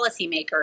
policymakers